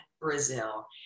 Brazil